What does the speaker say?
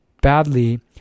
badly